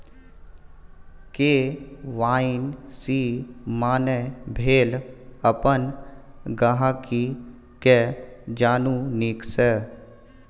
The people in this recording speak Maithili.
के.वाइ.सी माने भेल अपन गांहिकी केँ जानु नीक सँ